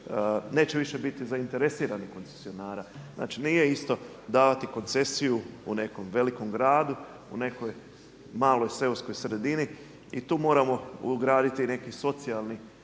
neće više biti zainteresiranih koncesionara. Znači nije isto davati koncesiju u nekom velikom gradu, u nekoj maloj seoskoj sredini i tu moramo ugraditi i neki socijalni